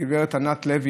גב' ענת לוי,